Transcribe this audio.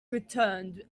returned